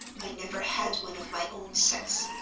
i never had one of my own sex.